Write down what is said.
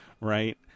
Right